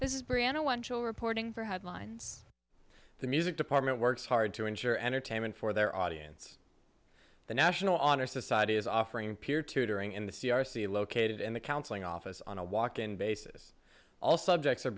this is briana one joule reporting for headlines the music department works hard to ensure entertainment for their audience the national honor society is offering peer tutoring in the c r c located in the counseling office on a walk in basis all subjects are